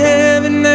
heaven